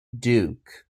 duke